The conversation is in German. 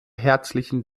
herzlichen